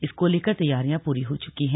इसको लेकर तैयारियां पूरी हो चुकी हैं